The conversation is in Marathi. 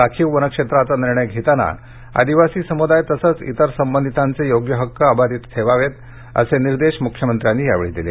राखीव वन क्षेत्राचा निर्णय घेताना आदिवासी समुदाय तसंच इतर संबंधितांचे योग्य हक्क अबाधित ठेवावेत असे निर्देश मुख्यमंत्र्यांनी यावेळी दिले